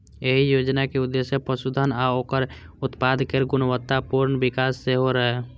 एहि योजनाक उद्देश्य पशुधन आ ओकर उत्पाद केर गुणवत्तापूर्ण विकास सेहो रहै